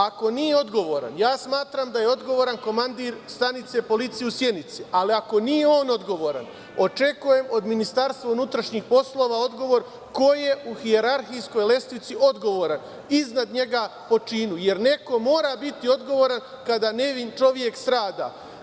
Ako nije odgovoran, a ja smatram da je odgovoran komandir stanice policije u Sjenici, ali ako nije on odgovoran, očekujem od Ministarstva unutrašnjih poslova odgovor ko je u hijerarhijskoj lestvici odgovoran iznad njega po činu, jer neko mora biti odgovoran kada nevin čovek strada.